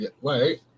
wait